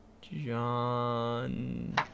John